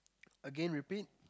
again repeat